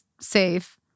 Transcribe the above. safe